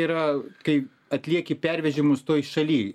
yra kai atlieki pervežimus toj šaly